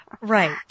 Right